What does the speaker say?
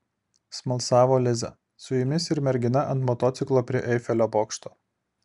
smalsavo liza su jumis ir mergina ant motociklo prie eifelio bokšto